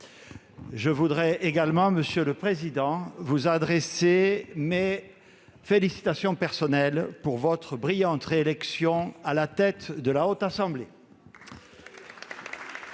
Je voudrais également, monsieur le président, vous adresser mes félicitations personnelles pour votre brillante réélection à la tête de la Haute Assemblée. Monsieur